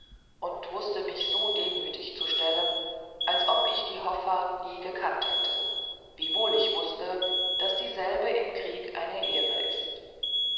und wußte mich so demütig zu stellen als ob ich die hoffart nie gekannt hätte wiewohl ich wußte daß dieselbe im krieg eine ehre ist